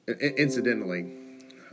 Incidentally